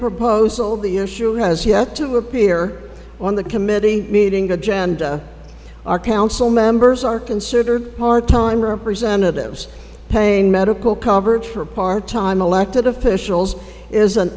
proposal the issue has yet to appear on the committee meeting agenda our council members are considered part timer and presented it was pain medical coverage for part time elected officials is an